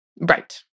Right